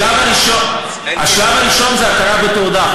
השלב הראשון זה הכרה בתעודה.